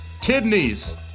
Kidneys